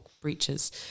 breaches